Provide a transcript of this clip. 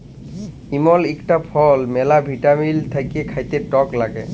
ইমল ইকটা ফল ম্যালা ভিটামিল থাক্যে খাতে টক লাগ্যে